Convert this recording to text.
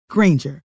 Granger